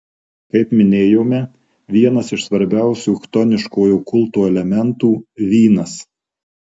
kaip minėjome vienas iš svarbiausių chtoniškojo kulto elementų vynas